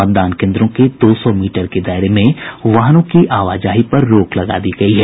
मतदान केन्द्रों के दो सौ मीटर के दायरे में वाहनों की आवाजाही पर रोक लगा दी गयी है